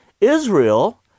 Israel